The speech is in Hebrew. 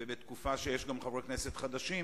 ובתקופה שיש גם חברי כנסת חדשים,